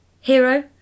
hero